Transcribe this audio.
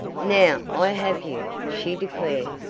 now i have you, she declared,